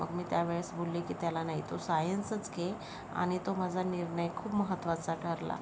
मग मी त्या वेळेस बोलले की त्याला नाही तू सायन्सच घे आणि तो माझा निर्णय खूप महत्वाचा ठरला